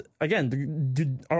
again